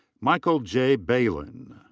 michael j. behlen.